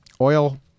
Oil